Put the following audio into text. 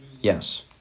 Yes